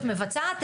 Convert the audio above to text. מחוקקת,